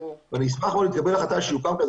אני אשמח אם תתקבל החלטה שיוקם כזה